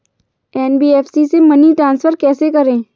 NBFC से money transfer कैसे करें?